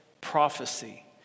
prophecy